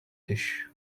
dish